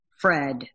Fred